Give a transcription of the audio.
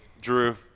Drew